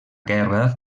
guerra